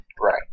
Right